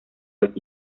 los